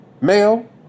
male